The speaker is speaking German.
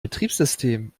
betriebssystem